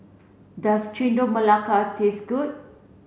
does Chendol Melaka taste good